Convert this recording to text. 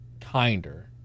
Kinder